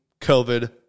COVID